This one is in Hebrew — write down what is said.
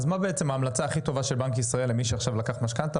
אז מה בעצם ההמלצה הכי טובה של בנק ישראל למי שעכשיו לקח משכנתא?